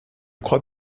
crois